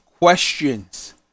questions